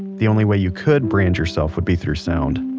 the only way you could brand yourself would be through sound